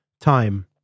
time